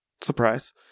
Surprise